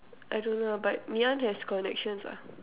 I don't know lah but Ngee-Ann has connections lah